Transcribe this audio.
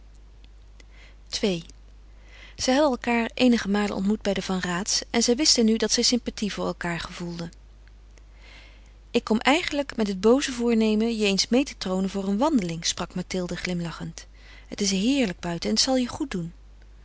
zij hadden elkaâr eenige malen ontmoet bij de van raats en zij wisten nu dat zij sympathie voor elkaâr gevoelden ik kom eigenlijk met het booze voornemen je eens meê te troonen voor een wandeling sprak mathilde glimlachend het is heerlijk buiten en het zal je goed doen